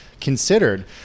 considered